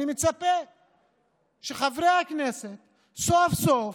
אני מצפה שחברי הכנסת סוף-סוף,